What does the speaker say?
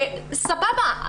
סבבה,